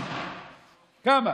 כמה?